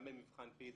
גם במבחן PISA,